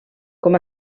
com